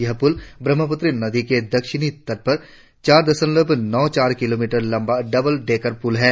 यह पुल ब्रह्मपुत्र नदी के दक्षिणी तट पर चार दशमलव नौ चार किलोमीटर लम्बा डबल डेकर पुल है